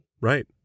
right